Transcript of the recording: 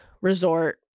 resort